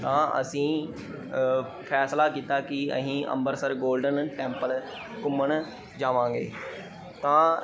ਤਾਂ ਅਸੀਂ ਫੈਸਲਾ ਕੀਤਾ ਕਿ ਅਸੀਂ ਅੰਬਰਸਰ ਗੋਲਡਨ ਟੈਂਪਲ ਘੁੰਮਣ ਜਾਵਾਂਗੇ ਤਾਂ